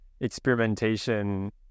experimentation